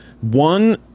One